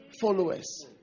followers